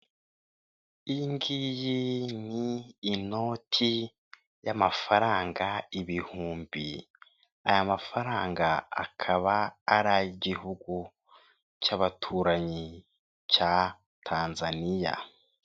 Iyi ngiyi ni inoti y'amafaranga ibihumbi, aya mafaranga akaba ari ay'igihugu cy'abaturanyi cya Tanzaniya.